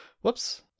Whoops